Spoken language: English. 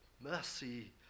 Mercy